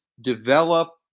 develop